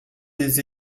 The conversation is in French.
des